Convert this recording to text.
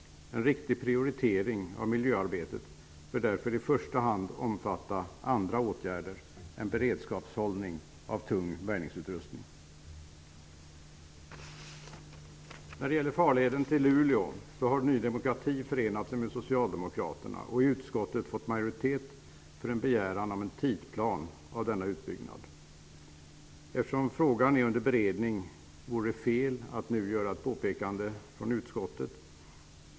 En riktig prioritering av miljöarbetet bör därför i första hand omfatta andra åtgärder än beredskapshållning av tung bärgningsutrustning. Beträffande farleden till Luleå har Ny demokrati förenat sig med Socialdemokraterna och i utskottet fått majoritet för en begäran om en tidsplan för denna utbyggnad. Eftersom frågan är under beredning vore det fel att nu göra ett påpekande från riksdagen.